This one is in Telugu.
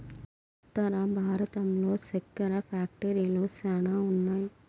ఉత్తర భారతంలో సెక్కెర ఫ్యాక్టరీలు శ్యానా ఉన్నాయి